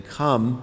come